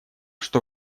что